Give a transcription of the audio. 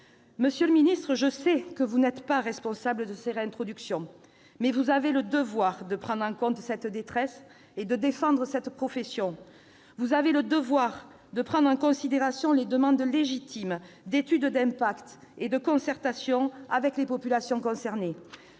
Monsieur le ministre, je sais que vous n'êtes pas responsable de ces réintroductions, mais vous avez le devoir de prendre en compte cette détresse et de défendre cette profession. Vous avez le devoir de prendre en considération les demandes légitimes d'études d'impact et de concertation avec les populations concernées.